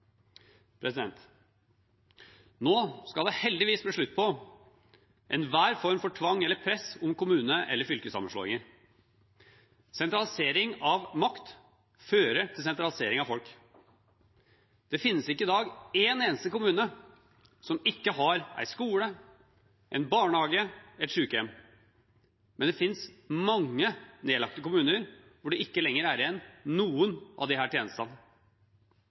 Nå skal det heldigvis bli slutt på enhver form for tvang eller press om kommune- eller fylkessammenslåinger. Sentralisering av makt fører til sentralisering av folk. Det finnes ikke i dag en eneste kommune som ikke har en skole, en barnehage, et sykehjem, men det finnes mange nedlagte kommuner hvor det ikke lenger er igjen noen av disse tjenestene.